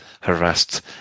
harassed